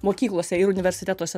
mokyklose ir universitetuose